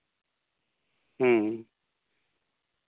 ᱦᱮᱸ